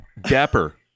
Dapper